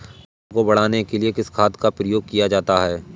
फसल को बढ़ाने के लिए किस खाद का प्रयोग किया जाता है?